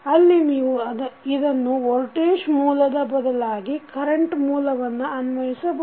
ಅಲ್ಲಿ ನೀವು ಇದನ್ನು ವೋಲ್ಟೇಜ್ ಮೂಲದ ಬದಲಾಗಿ ಕರೆಂಟ್ ಮೂಲವನ್ನು ಅನ್ವಯಿಸಬಹುದು